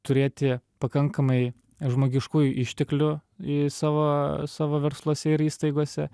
turėti pakankamai žmogiškųjų išteklių į savo savo versluose ir įstaigose